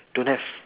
don't have